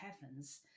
heavens